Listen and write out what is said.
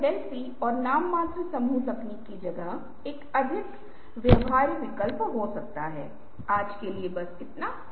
यदि आप उनके बारे में जानते थे तो कम से कम यह आपके धारणा को पुष्ट करता है कि ये उपकरण काम करते हैं